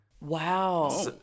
Wow